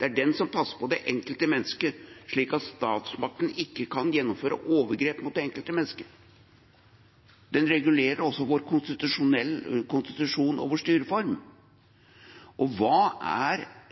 Det er den som passer på det enkelte mennesket slik at statsmakten ikke kan gjennomføre overgrep mot det. Den regulerer også vår konstitusjon og vår styreform. Og hvorfor i all verden er